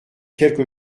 quelque